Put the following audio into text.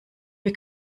wir